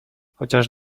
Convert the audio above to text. chociaż